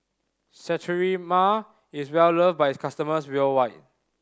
Sterimar is loved by its customers worldwide